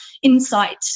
Insight